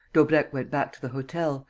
daubrecq went back to the hotel,